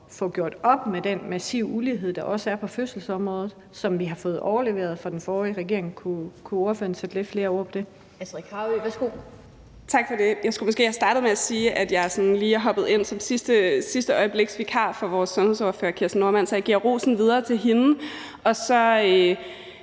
få gjort op med den massive ulighed, der også er på fødselsområdet, som vi har fået overleveret fra den forrige regering? Kunne ordføreren sætte lidt flere ord på det? Kl. 11:45 Den fg. formand (Annette Lind): Astrid Carøe, værsgo. Kl. 11:45 Astrid Carøe (SF): Tak for det. Jeg skulle måske have startet med at sige, at jeg lige er hoppet ind som sidsteøjebliksvikar for vores sundhedsordfører, Kirsten Normann Andersen, så jeg giver rosen videre til hende. Det